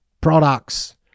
products